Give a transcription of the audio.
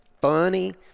funny